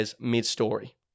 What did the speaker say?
mid-story